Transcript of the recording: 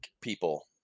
people